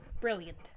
Brilliant